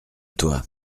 toi